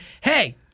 hey